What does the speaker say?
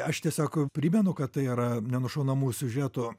aš tiesiog primenu kad tai yra nenušaunamų siužetų